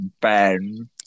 Ben